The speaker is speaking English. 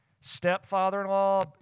stepfather-in-law